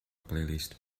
playlist